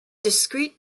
discrete